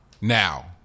now